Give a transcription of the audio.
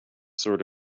sort